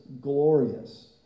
glorious